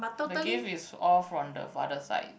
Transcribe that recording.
the gift is all from the father side